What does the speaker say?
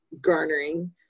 garnering